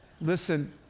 Listen